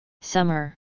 summer